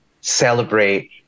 celebrate